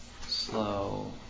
slow